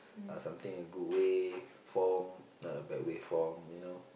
uh something a good way form not a bad way form you know